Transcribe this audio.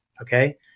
Okay